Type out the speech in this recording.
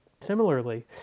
similarly